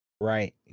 Right